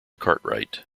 cartwright